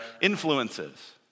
influences